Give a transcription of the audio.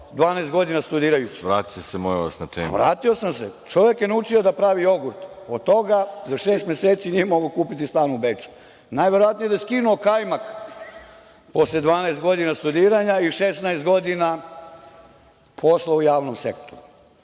Rističević** Vratio sam se. Čovek je naučio da pravi jogurt, od toga za šest meseci nije mogao kupiti stan u Beču. Najverovatnije da je skinuo kajmak posle 12 godina studiranja i 16 godina posla u javnom sektoru.E,